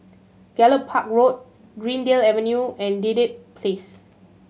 Gallop Park Road Greendale Avenue and Dedap Place